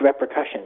repercussions